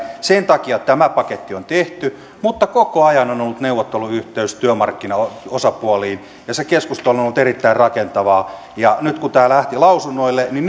sen takia tämä paketti on tehty mutta koko ajan on ollut neuvotteluyhteys työmarkkinaosapuoliin ja se keskustelu on ollut erittäin rakentavaa ja nyt kun tämä lähti lausunnoille niin